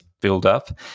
build-up